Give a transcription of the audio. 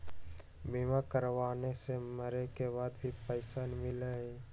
बीमा कराने से मरे के बाद भी पईसा मिलहई?